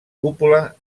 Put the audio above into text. cúpula